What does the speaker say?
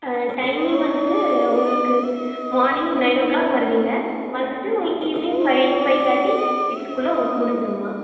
ஆ timing வந்துவிட்டு உங்களுக்கு morning nine o'clock வருவீங்க வந்துவிட்டு உங்களுக்கு ஈவினிங் ஃபைவ் ஃபைவ் தேர்ட்டி சிக்ஸ்க்குள்ளே உங்களுக்கு முடிஞ்சிரும்மா